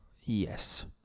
Yes